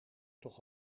toch